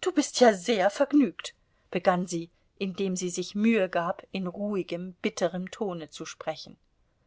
du bist ja sehr vergnügt begann sie indem sie sich mühe gab in ruhigem bitterem tone zu sprechen